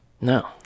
No